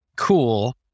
Cool